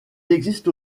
existe